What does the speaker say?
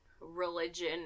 religion